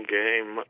game